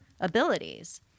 abilities